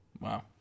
Wow